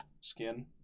skin